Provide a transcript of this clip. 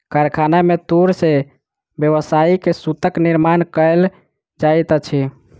कारखाना में तूर से व्यावसायिक सूतक निर्माण कयल जाइत अछि